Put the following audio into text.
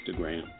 Instagram